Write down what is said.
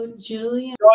Julian